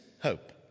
hope